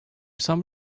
some